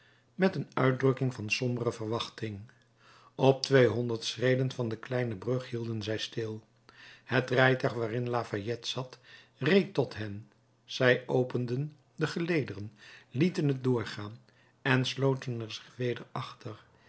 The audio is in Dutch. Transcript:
met een uitdrukking van sombere verwachting op tweehonderd schreden van de kleine brug hielden zij stil het rijtuig waarin lafayette zat reed tot hen zij openden de gelederen lieten het doorgaan en sloten er zich weder achter